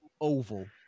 oval